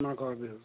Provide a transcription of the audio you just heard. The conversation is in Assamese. মাঘৰ বিহু